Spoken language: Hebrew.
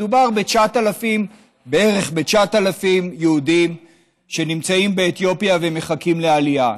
מדובר בערך ב-9,000 יהודים שנמצאים באתיופיה ומחכים לעלייה.